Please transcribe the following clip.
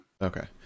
Okay